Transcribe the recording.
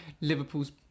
Liverpool's